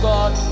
God